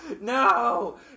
No